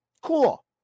cool